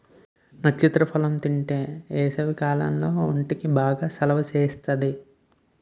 నక్షత్ర ఫలం తింతే ఏసవికాలంలో ఒంటికి బాగా సలవ సేత్తాది